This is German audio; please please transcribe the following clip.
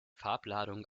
farbladung